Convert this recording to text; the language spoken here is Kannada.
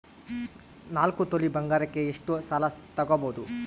ನಾಲ್ಕು ತೊಲಿ ಬಂಗಾರಕ್ಕೆ ಎಷ್ಟು ಸಾಲ ತಗಬೋದು?